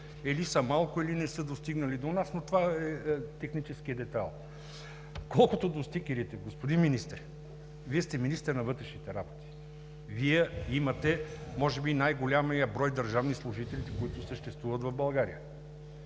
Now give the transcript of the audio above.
или са малко, или не са достигнали до нас, но това е технически детайл. Колкото до стикерите, господин Министре, Вие сте министър на вътрешните работи и имате може би най-големия брой държавни служители, които съществуват в България.